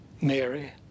Mary